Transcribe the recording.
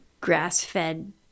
grass-fed